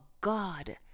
God